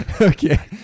okay